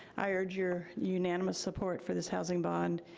i urge your unanimous support for this housing bond.